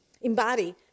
Embody